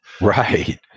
Right